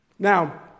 Now